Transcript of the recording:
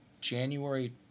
January